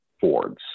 Fords